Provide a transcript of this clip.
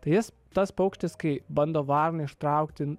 tai jis tas paukštis kai bando varnai ištraukti